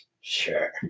Sure